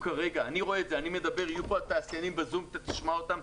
יהיו פה תעשיינים שידברו בזום ואתה תשמע אותם.